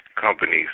companies